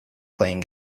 playing